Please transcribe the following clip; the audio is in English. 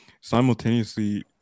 simultaneously